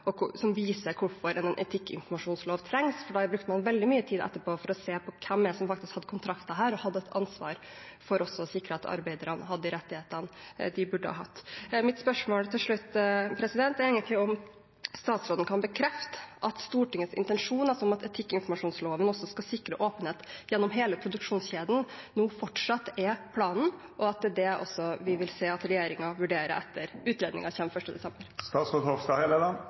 viser hvorfor en etikkinformasjonslov trengs, for der brukte man etterpå veldig mye tid på å se på hvem som faktisk hadde kontrakter, og som dermed også hadde et ansvar for å sikre at arbeiderne hadde de rettighetene de burde hatt. Mitt spørsmål til slutt er: Kan statsråden bekrefte at Stortingets intensjon, altså at etikkinformasjonsloven også skal sikre åpenhet gjennom hele produksjonskjeden, fortsatt er planen, og at vi også vil se at det er det regjeringen vurderer etter